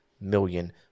million